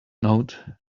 note